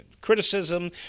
criticism